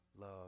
love